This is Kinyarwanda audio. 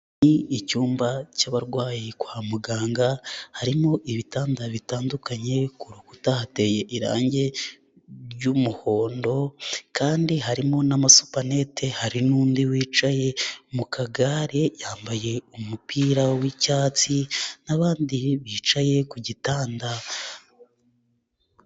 Ni icyumba cy'abarwayi kwa muganga, harimo ibitanda bitandukanye ku rukuta hateye irangi ry'umuhondo kandi harimo na'masupanete, hari n'undi wicaye mu kagare yambaye umupira w'icyatsi n'abandi bicaye ku gitanda.